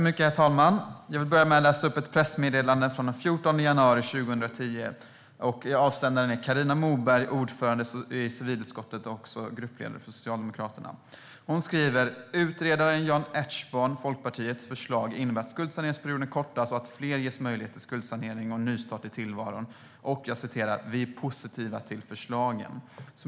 Herr talman! Jag vill börja med att läsa upp ett pressmeddelande från den 14 januari 2010. Avsändaren är Carina Moberg, civilutskottets ordförande och gruppledare för Socialdemokraterna. Hon skriver: "Utredaren Jan Ertsborns förslag innebär att skuldsaneringstiden kortas och att fler ges möjlighet till skuldsanering och nystart i tillvaron. - Vi är positiva till förslagen .".